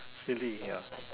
silly ya